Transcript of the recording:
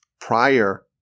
prior